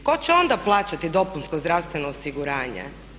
Tko će onda plaćati dopunsko zdravstveno osiguranje?